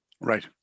right